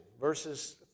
verses